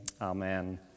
amen